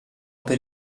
per